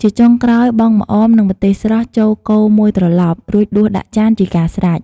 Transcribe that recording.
ជាចុងក្រោយ បង់ម្អម និងម្ទេសស្រស់ចូលកូរមួយត្រឡប់ រួចដួសដាក់ចានជាការស្រេច។